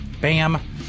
bam